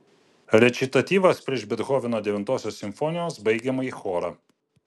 rečitatyvas prieš bethoveno devintosios simfonijos baigiamąjį chorą